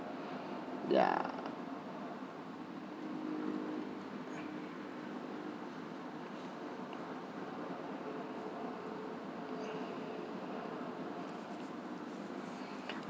ya